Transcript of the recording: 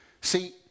See